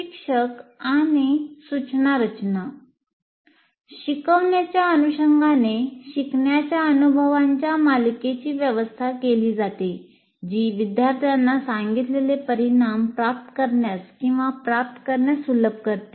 प्रशिक्षक आणि सूचना रचना शिकवण्याच्या अनुषंगाने शिकण्याच्या अनुभवांच्या मालिकेची व्यवस्था केली जाते जी विद्यार्थ्यांना सांगितलेले परिणाम प्राप्त करण्यास किंवा प्राप्त करण्यास सुलभ करते